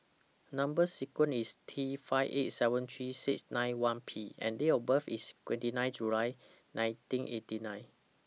Number sequence IS T five eight seven three six nine one P and Date of birth IS twenty nine July nineteen eighty nine